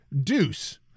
Deuce